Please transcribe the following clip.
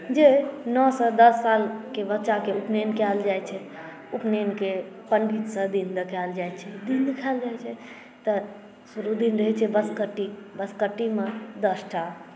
जे नओसँ दस सालके बच्चाके उपनयन कयल जाइत छै उपनयनके पण्डितसँ दिन देखायल जाइत छै दिन देखायल जाइत छै तऽ शुरू दिन रहैत छै बँसकट्टी बँसकट्टीमे दसटा